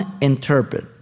interpret